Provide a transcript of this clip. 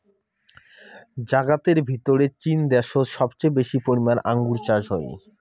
জাগাতের ভিতরে চীন দ্যাশোত সবচেয়ে বেশি পরিমানে আঙ্গুর চাষ হই